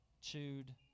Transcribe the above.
chewed